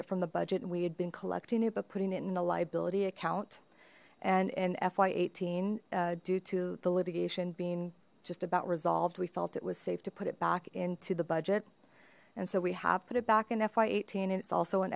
it from the budget we had been collecting it but putting it in a liability account and in fy eighteen due to the litigation being just about resolved we felt it was safe to put it back into the budget and so we have put it back in fy eighteen and it's also an